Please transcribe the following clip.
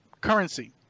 currency